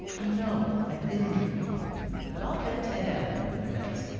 i know, i've been there but i'll bet ted allen never has.